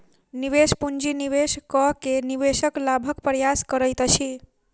निवेश पूंजी निवेश कअ के निवेशक लाभक प्रयास करैत अछि